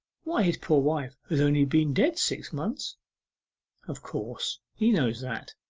why, his poor wife has only been dead six months of course he knows that.